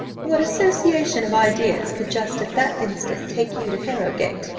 what association of ideas could just at that instant take you to harrowgate?